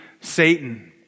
Satan